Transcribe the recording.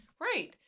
Right